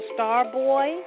Starboy